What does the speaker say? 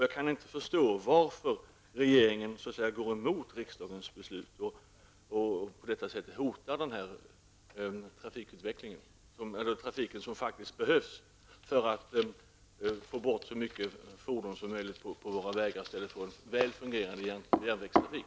Jag kan inte förstå varför regeringen går emot riksdagens beslut och på detta sätt hotar den trafik som faktiskt behövs för att man skall få bort så många fordon så möjligt från våra vägar. Det finns en väl fungerande järnvägstrafik.